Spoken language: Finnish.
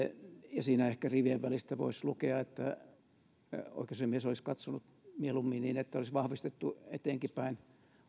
ehkä rivien välistä voisi lukea että siinä oikeusasiamies olisi katsonut mieluummin niin että olisi vahvistettu eteenkinpäin